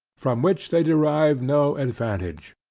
from which, they derive no advantage.